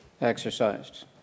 exercised